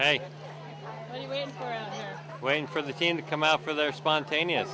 when waiting for the team to come out for their spontaneous